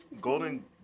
Golden